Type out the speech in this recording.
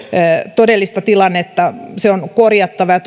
todellista tilannetta on korjattava